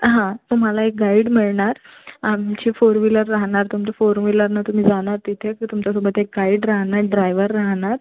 हां तुम्हाला एक गाइड मिळणार आमची फोर व्हीलर राहणार तुम ती फोर व्हीलरनं तुम्ही जाणार तिथे तुमच्या सोबत एक गाइड राहणा ड्रायव्हर राहणार